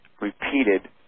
repeated